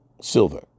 silver